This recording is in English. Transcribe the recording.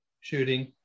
shooting